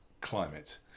climate